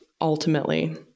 ultimately